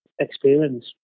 experience